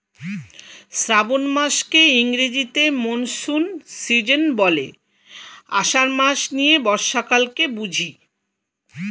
শ্রাবন মাসকে ইংরেজিতে monsoon season বলে, আষাঢ় মাস নিয়ে বর্ষাকালকে বুঝি